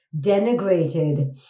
denigrated